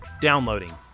Downloading